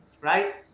right